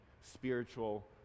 spiritual